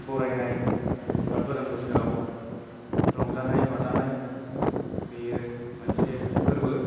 बरायनाय बा गोदान बोसोराव रंजानाय बाजानाय बेयो मोनसे फोरबो